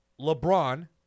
LeBron